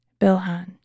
Bilhan